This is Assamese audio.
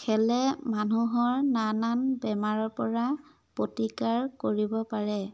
খেলে মানুহৰ নানান বেমাৰৰ পৰা প্ৰতিকাৰ কৰিব পাৰে